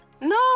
no